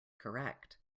correct